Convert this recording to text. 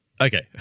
Okay